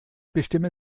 bestimme